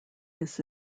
this